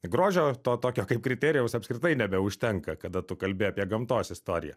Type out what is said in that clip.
grožio to tokio kaip kriterijaus apskritai nebeužtenka kada tu kalbi apie gamtos istoriją